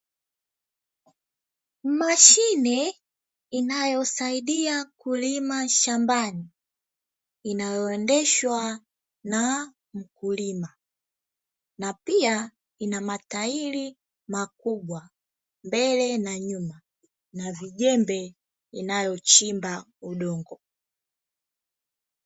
Mashine inayosaidia kulima shambani, inayoendeshwa na mkulima na pia ina matairi makubwa, mbele na nyuma na vijembe inayochimba udongo.